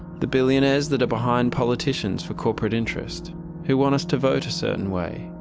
the billionaires that are behind politicians for corporate interest who want us to vote a certain way,